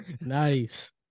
Nice